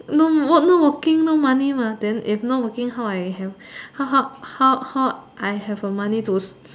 no not working no money mah then if not working then how I have how how how how I have a money to